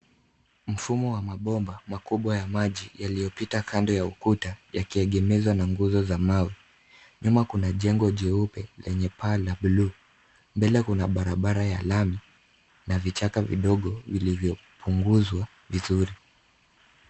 Mfumo wa mabomba makubwa ya maji yaliyopita kando ya ukuta yakiegemezwa na nguzo za mawe. Nyuma kuna jengo jeupe lenye paa la buluu. Mbele kuna barabara ya lami na vichaka vidogo vilivyopunguzwa vizuri.